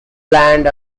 land